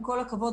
עם כל הכבוד,